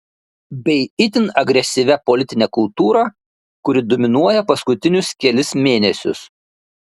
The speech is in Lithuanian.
bei itin agresyvia politine kultūra kuri dominuoja paskutinius kelis mėnesius